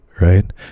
Right